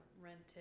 Rented